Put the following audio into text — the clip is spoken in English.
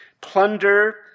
plunder